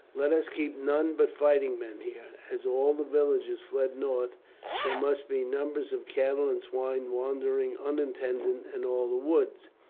let us keep none but fighting men here. as all the villagers fled north there must be numbers of cattle and swine wandering untended in all the woods,